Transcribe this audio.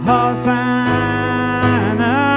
Hosanna